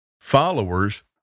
followers